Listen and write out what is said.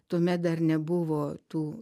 tuomet dar nebuvo tų